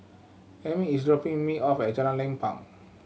Amie is dropping me off at Jalan Lapang